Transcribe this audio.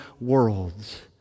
worlds